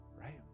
right